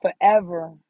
forever